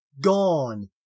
gone